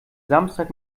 samstag